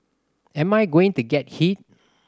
am I going to get hit